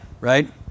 right